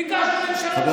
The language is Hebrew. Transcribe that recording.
ביקשנו, ביקשנו.